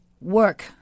Work